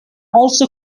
also